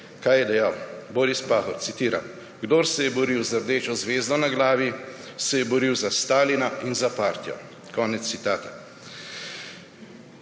Kaj je dejal Boris Pahor? Citiram: »Kdor se je boril z rdečo zvezdo na glavi, se je boril za Stalina in za partijo.« Konec citata.